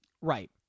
Right